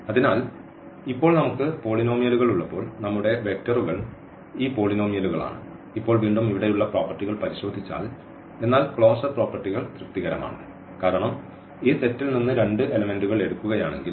അതിനാൽ ഇപ്പോൾ നമുക്ക് പോളിനോമിയലുകൾ ഉള്ളപ്പോൾ നമ്മുടെ വെക്റ്ററുകൾ ഈ പോളിനോമിയലുകളാണ് ഇപ്പോൾ വീണ്ടും ഇവിടെയുള്ള പ്രോപ്പർട്ടികൾ പരിശോധിച്ചാൽ എന്നാൽ ക്ലോഷർ പ്രോപ്പർട്ടികൾ തൃപ്തികരമാണ് കാരണം ഈ സെറ്റിൽ നിന്ന് രണ്ട് എലെമെന്റുകൾ എടുക്കുകയാണെങ്കിൽ